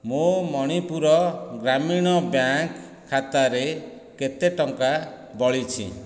ମୋ ମଣିପୁର ଗ୍ରାମୀଣ ବ୍ୟାଙ୍କ୍ ଖାତାରେ କେତେ ଟଙ୍କା ବଳିଛି